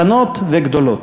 קטנות וגדולות.